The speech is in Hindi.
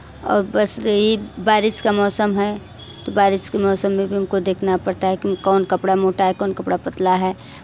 और बस गई बारिश का मौसम है तो बारिश के मौसम में हमको देखना पड़ता है कि कौन कपड़ा मोटा है कौन कपड़ा पतला है